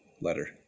letter